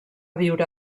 viure